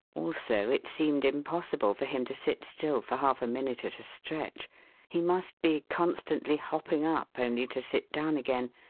also, it seemed impossible for him to sit still for half a minute at a stretch he must be constantly hopping up only to sit down again,